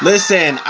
Listen